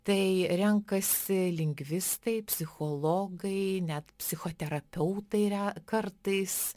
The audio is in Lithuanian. tai renkasi lingvistai psichologai net psichoterapeutai re kartais